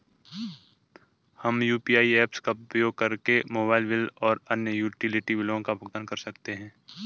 हम UPI apps का उपयोग करके मोबाइल बिल और अन्य यूटिलिटी बिलों का भुगतान कर सकते हैं